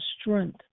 strength